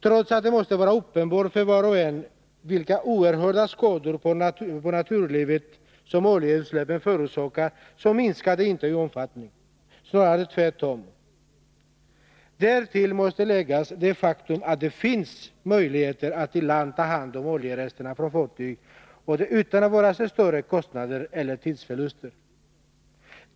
Trots att det måste vara uppenbart för var och en vilka oerhörda skador på naturlivet som oljeutsläppen förorsakar, minskar de inte i omfattning, snarare tvärtom. Därtill måste läggas det faktum att det finns möjligheter att i land ta hand om oljerester från fartyg, och det utan vare sig större kostnader eller tidsförluster.